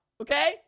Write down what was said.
okay